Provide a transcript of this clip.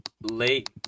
late